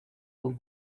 con